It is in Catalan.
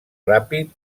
ràpid